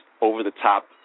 over-the-top